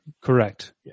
correct